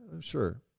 sure